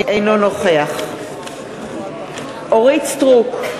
אינו נוכח אורית סטרוק,